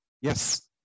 Yes